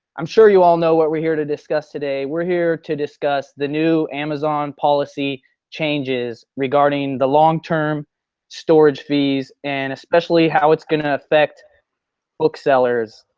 i'm sure you all know what we're here to discuss today. we're here to discuss the new amazon policy changes regarding the long term storage fees and especially how it's going to affect booksellers.